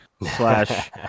Slash